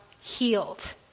healed